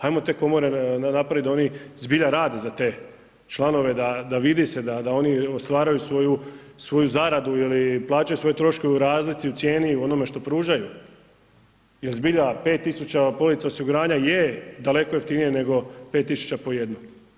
Ajmo te komore napraviti da oni zbilja rade za te članove da se vidi da oni ostvaruju svoju zaradu ili plaćaju svoje troškove u razlici u cijeni i u onome što pružaju jel zbilja 5000 polica osiguranja je daleko jeftinija nego 5000 po jedno.